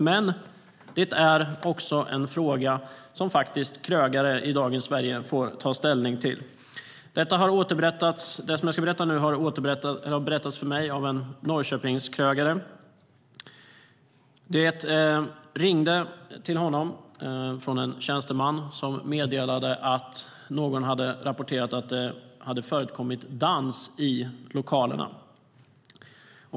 Men det är också en fråga som krögare i dagens Sverige får ta ställning till. Det som jag ska återberätta nu har berättats för mig av en Norrköpingskrögare. En tjänsteman ringde till honom och meddelade att någon hade rapporterat att det hade förekommit dans i lokalerna.